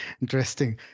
Interesting